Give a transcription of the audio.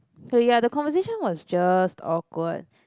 so ya the conversation was just awkward